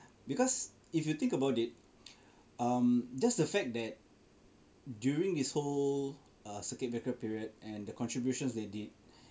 because if you think about it um just the fact that during this whole uh circuit breaker period and the contributions they did